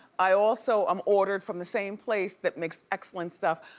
i also um ordered from the same place that makes excellent stuff,